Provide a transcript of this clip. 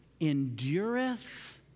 endureth